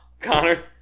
Connor